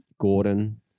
Gordon